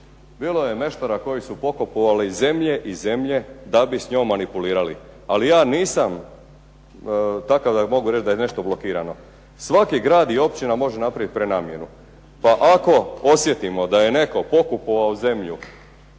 bilo je meštara koji su pokupovali zemlje i zemlje da bi s njom manipulirali, ali ja nisam takav da bi mogao reći da je nešto blokirano. Svaki grad i općina može napravit prenamjenu pa ako osjetimo da je netko pokupovao zemlju,